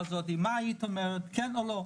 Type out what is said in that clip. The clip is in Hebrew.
היית אומרת כן או לא?